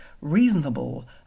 reasonable